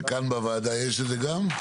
וכאן בוועדה יש את זה גם?